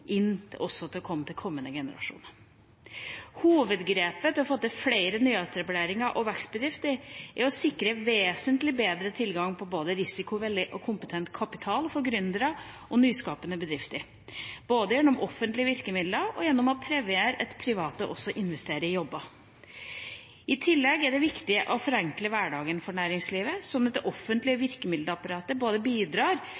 kommende generasjoner. Hovedgrepet for å få til flere nyetableringer og vekstbedrifter er å sikre vesentlig bedre tilgang på både risikovillig og kompetent kapital for gründere og nyskapende bedrifter, både gjennom offentlige virkemidler og gjennom å premiere at private også investerer i jobber. I tillegg er det viktig å forenkle hverdagen for næringslivet sånn at det offentlige